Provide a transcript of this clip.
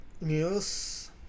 news